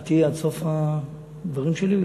את תהיי עד סוף הדברים שלי?